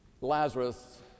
Lazarus